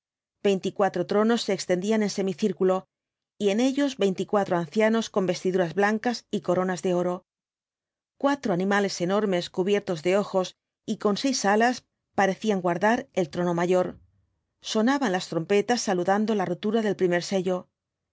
veinticuatro tronos se extendían en semicírculo y en ellos veinticuatro ancianos con vestiduras blancas y coronas de oro cuatro animales enormes cubiertos de ojos y con seis alas parecían guardar el trono mayor sonaban las trompetas saludando la rotura del primer sello